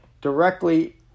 directly